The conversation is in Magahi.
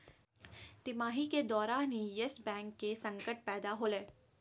तिमाही के दौरान ही यस बैंक के संकट पैदा होलय